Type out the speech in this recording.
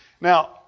Now